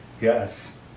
yes